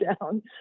down